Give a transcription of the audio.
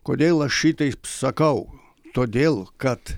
kodėl aš šitai sakau todėl kad